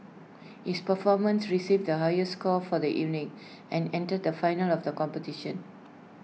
his performance received the highest score for the evening and entered the finals of the competition